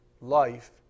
life